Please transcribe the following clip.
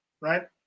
right